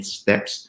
steps